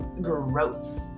Gross